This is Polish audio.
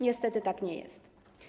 Niestety, tak nie jest.